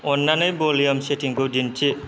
अन्नानै भल्युम सेटिंखौ दिन्थि